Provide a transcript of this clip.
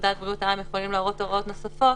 ופקודת בריאות העם יכולים להורות הוראות נוספות,